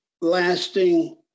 lasting